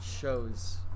shows